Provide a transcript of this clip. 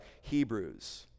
Hebrews